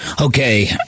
Okay